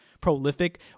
prolific